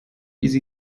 easy